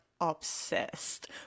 obsessed